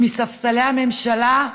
ומספסלי הממשלה: